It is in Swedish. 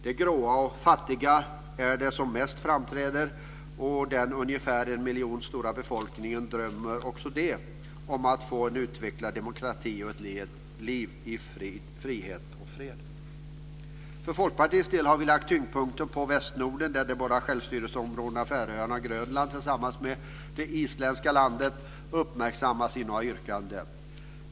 Det gråa och fattiga är det som mest framträder, och den ungefär en miljon stora befolkningen drömmer också om att få en utvecklad demokrati och ett liv i frihet och fred. För Folkpartiets del har vi lagt tyngdpunkten på Färöarna och Grönland tillsammans med det isländska landet uppmärksammas i några yrkanden.